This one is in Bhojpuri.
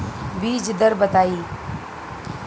बीज दर बताई?